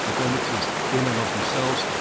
ah don't exist in and of themselves,